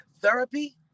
therapy